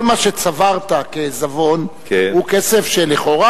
כל מה שצברת כעיזבון הוא כסף שלכאורה,